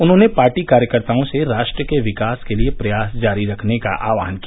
उन्होंने पार्टी कार्यकर्ताओं से राष्ट्र के विकास के लिए प्रयास जारी रखने का आहवान किया